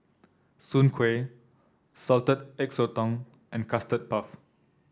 Soon Kway Salted Egg Sotong and Custard Puff